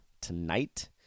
tonight